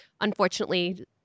Unfortunately